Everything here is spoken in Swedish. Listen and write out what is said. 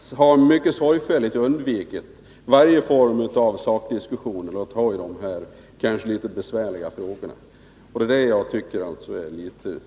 Herr talman! Civilutskottet har mycket sorgfälligt undvikit varje form av sakdiskussion när det gäller de här kanske litet besvärliga frågorna. Det är det jag tycker är synd.